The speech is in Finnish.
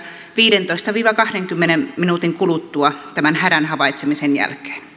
viidentoista viiva kahdenkymmenen minuutin kuluttua tämän hädän havaitsemisen jälkeen